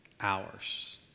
hours